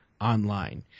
online